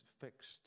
fixed